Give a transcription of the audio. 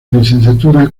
licenciatura